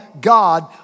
God